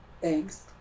thanks